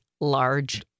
large